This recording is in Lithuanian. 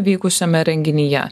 vykusiame renginyje